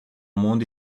mundo